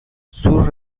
sus